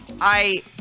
I-